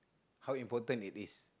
how important it is